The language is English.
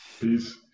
Peace